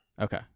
okay